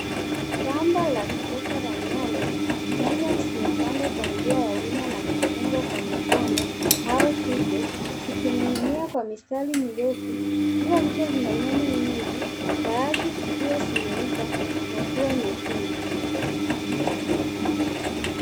Shamba la kisasa la nyanya, nyanya zimepandwa kwa njia ya wima, na kufungwa kwenye kamba, au vitu, zikining'inia kwa mistari mirefu, kila rundo lina nyanya nyingi, baadhi zikiwa zimeiva, na kuwa nyekundu.